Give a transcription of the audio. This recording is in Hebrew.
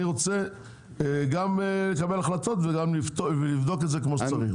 אני רוצה גם לקבל החלטות וגם לבדוק את זה כמו שצריך.